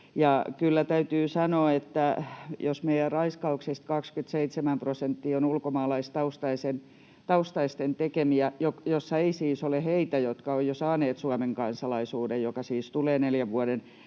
raiskauksista 27 prosenttia on ulkomaalaistaustaisten tekemiä — joissa ei siis ole heitä, jotka ovat jo saaneet Suomen kansalaisuuden, joka siis tulee neljän vuoden